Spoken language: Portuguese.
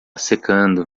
secando